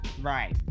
Right